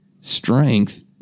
strength